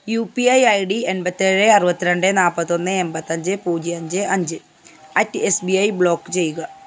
U P I I D എൺപത്തേഴ് അറുപത്തിരണ്ട് നാൽപ്പത്തൊന്ന് എൺപത്തഞ്ച് പൂജ്യം അഞ്ച് അഞ്ച് അറ്റ് എസ് ബി ഐ ബ്ലോക്ക് ചെയ്യുക